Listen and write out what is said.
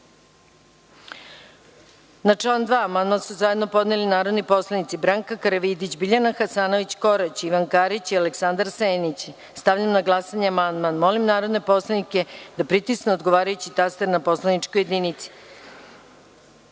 i član 5. amandman su zajedno podneli narodni poslanici Branka Karavidić, Biljana Hasanović – Korać, Ivan Karić i Aleksandar Senić. Stavljam na glasanje amandman. Molim narodne poslanike da pritisnu odgovarajući taster na poslaničkoj